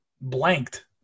blanked